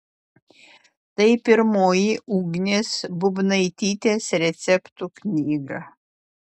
tai pirmoji ugnės būbnaitytės receptų knyga